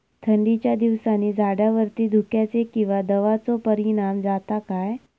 थंडीच्या दिवसानी झाडावरती धुक्याचे किंवा दवाचो परिणाम जाता काय?